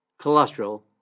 cholesterol